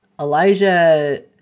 elijah